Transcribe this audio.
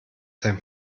sein